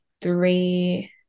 three